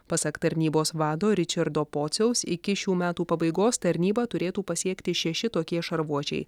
pasak tarnybos vado ričardo pociaus iki šių metų pabaigos tarnybą turėtų pasiekti šeši tokie šarvuočiai